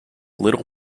little